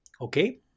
Okay